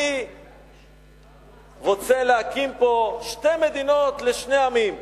אני רוצה להקים פה שתי מדינות לשני עמים,